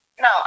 No